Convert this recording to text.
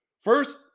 First